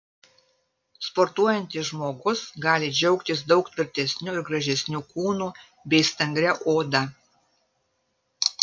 sportuojantis žmogus gali džiaugtis daug tvirtesniu ir gražesniu kūnu bei stangria oda